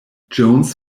jones